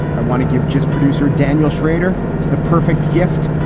i want to give just producer daniel shrader the perfect gift,